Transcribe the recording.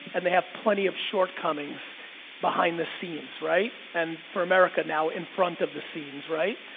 and they have plenty of shortcomings behind the scenes, right, and for america now, in front of the scenes, right?